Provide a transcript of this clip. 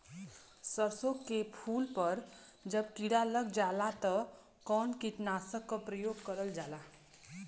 सरसो के फूल पर जब किड़ा लग जाला त कवन कीटनाशक क प्रयोग करल जाला?